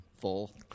full